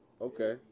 Okay